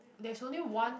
there's only one